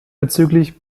bezüglich